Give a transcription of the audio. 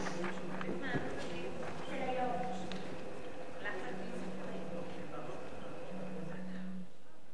יום ראול ולנברג וחסידי אומות העולם),